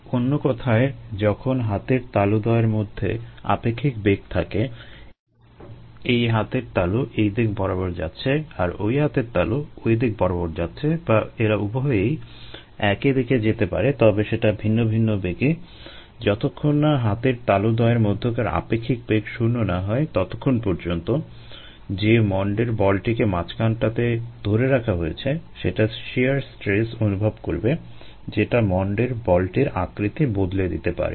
অন্য কথায় যখন হাতের তালুদ্বয়ের মধ্যে আপেক্ষিক বেগ থাকে এই হাতের তালু এই দিক বরাবর যাচ্ছে আর ওই হাতের তালু ওই দিক বরাবর যাচ্ছে বা এরা উভয়েই একই দিকেও যেতে পারে তবে সেটা ভিন্ন ভিন্ন বেগে যতক্ষণ না হাতের তালুদ্বয়ের মধ্যকার আপেক্ষিক বেগ শূণ্য না হয় ততক্ষণ পর্যন্ত যে মন্ডের বলটিকে মাঝখানটাতে ধরে রাখা হয়েছে সেটা শিয়ার স্ট্রেস অনুভব করবে যেটা মন্ডের বলটির আকৃতি বদলে দিতে পারে